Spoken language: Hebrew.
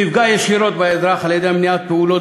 יפגע ישירות באזרח על-ידי מניעת פעולות